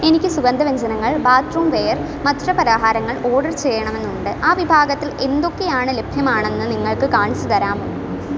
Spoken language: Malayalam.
എനിക്ക് സുഗന്ധ വ്യഞ്ജനങ്ങൾ ബാത്ത്റൂം വെയർ മധുര പലഹാരങ്ങൾ ഓർഡർ ചെയ്യണമെന്നുണ്ട് ആ വിഭാഗത്തിൽ എന്തൊക്കെയാണ് ലഭ്യമാണെന്ന് നിങ്ങൾക്ക് കാണിച്ചു തരാമോ